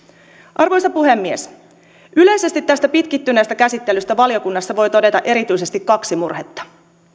arvoisa puhemies yleisesti tästä pitkittyneestä käsittelystä valiokunnassa voi todeta erityisesti kaksi murhetta